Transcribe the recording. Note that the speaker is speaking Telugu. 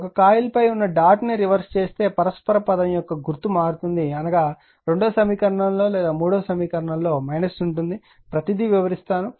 ఒక కాయిల్పై ఉన్న డాట్ రివర్స్ చేస్తే పరస్పర పదం యొక్క గుర్తు మారుతుంది అనగా సమీకరణం 2 లో లేదా సమీకరణం 3 లో ఉంటుంది నేను ప్రతీది వివరిస్తాను